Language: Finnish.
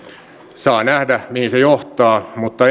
saa nähdä mihin se johtaa mutta